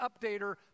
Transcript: updater